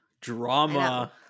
Drama